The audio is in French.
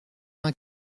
vingt